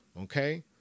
Okay